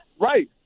Right